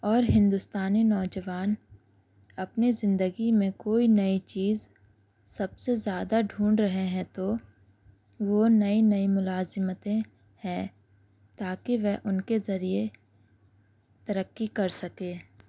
اور ہندوستانی نوجوان اپنی زندگی میں کوئی نئی چیز سب سے زیادہ ڈھونڈھ رہے ہیں تو وہ نئی نئی ملازمتیں ہیں تاکہ وہ ان کے ذریعے ترقی کر سکے